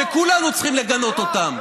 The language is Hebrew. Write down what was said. שכולנו צריכים לגנות אותן.